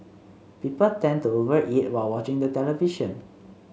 people tend to over eat while watching the television